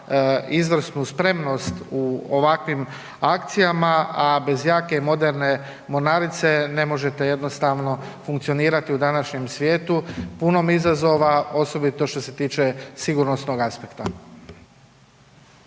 izvrsnu spremnost u ovakvim akcijama, a bez jake i moderne mornarice ne možete jednostavno funkcionirati u današnjem svijetu punom izazova osobito što se tiče sigurnosnog aspekta.